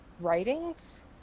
writings